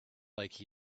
like